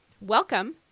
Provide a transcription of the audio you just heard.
welcome